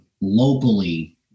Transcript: locally